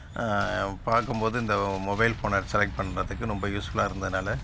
பார்க்கும் போது இந்த மொபைல் ஃபோனை செலக்ட் பண்ணுறதுக்கு ரொம்ப யூஸ்ஃபுல்லாக இருந்ததினால